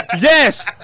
yes